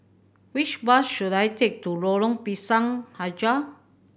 which bus should I take to Lorong Pisang Hijau